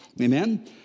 Amen